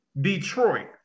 Detroit